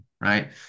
right